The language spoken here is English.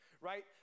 right